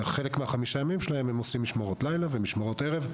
בחלק מחמשת הימים האלה הם עושים משמרות לילה ומשמרות ערב,